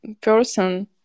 person